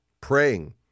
praying